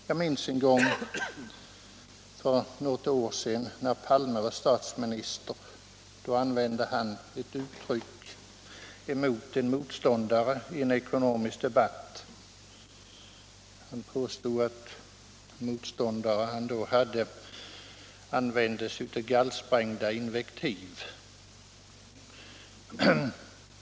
Jag minns ett tillfälle för något år sedan medan herr Palme var statsminister, då han i en ekonomisk debatt påstod att hans motståndare använde sig av gallsprängda invektiv.